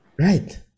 Right